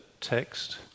text